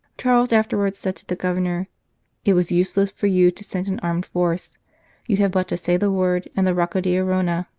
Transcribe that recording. charles afterwards said to the governor it was useless for you to send an armed force you have but to say the word, and the rocca d arona,